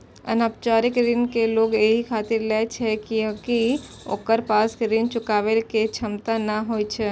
अनौपचारिक ऋण लोग एहि खातिर लै छै कियैकि ओकरा पास ऋण चुकाबै के क्षमता नै होइ छै